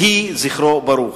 יהי זכרו ברוך.